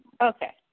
Okay